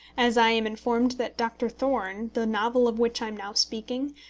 as i am informed that doctor thorne, the novel of which i am now speaking,